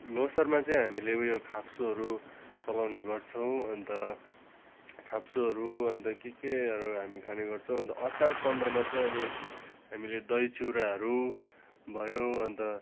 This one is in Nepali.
ल्होसारमा चाहिँ हामीले अब उयो खाप्सोहरू चलाउने गर्छौँ अन्त खाप्सोहरू अन्त के केहरू हामी खाने गर्छौँ अन्त असार पन्ध्रमा चाहिँ अनि हामीले दही चिउराहरू भयो अन्त